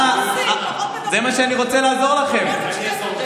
זה מה שאני רוצה לעזור לכם בו.